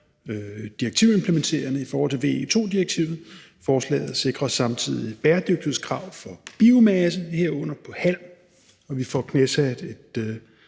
direktivimplementerende i forhold til VE II-direktivet. Forslaget sikrer samtidig bærdygtighedskrav for biomasse, herunder på halm, og vi får knæsat et